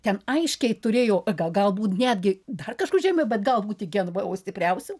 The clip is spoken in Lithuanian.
ten aiškiai turėjo ga gal galbūt netgi dar kažkur žemiau bet galbūt iki nvo stipriausių